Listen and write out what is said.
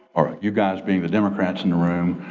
or you guys being the democrats in the room,